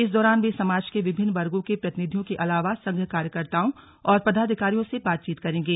इस दौरान वे समाज के विभिन्न वर्गो के प्रतिनिधियों के अलावा संघ कार्यकर्ताओं और पदाधिकारियों से बातचीत करेंगे